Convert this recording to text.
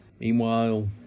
Meanwhile